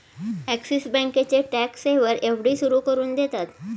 axis बँकेचे tax saver FD सुरू करून देतात